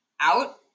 out